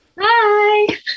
Hi